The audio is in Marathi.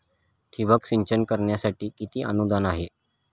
ठिबक सिंचन करण्यासाठी किती अनुदान आहे?